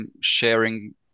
sharing